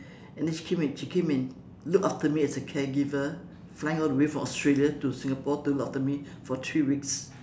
and then she came and she came and look after me as a caregiver flying all the way from Australia to Singapore to look after me for three weeks